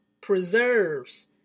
preserves